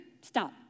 stop